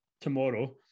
tomorrow